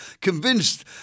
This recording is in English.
convinced